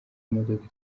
modoka